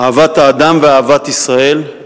אהבת האדם ואהבת ישראל,